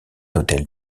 hôtel